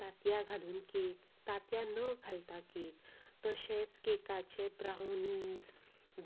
तातयां घालून केक तातयां न घालता केक तशेंच केकाचे ब्रावनीज